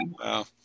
Wow